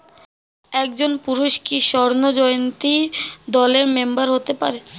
একজন পুরুষ কি স্বর্ণ জয়ন্তী দলের মেম্বার হতে পারে?